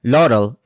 Laurel